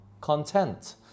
content